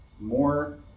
More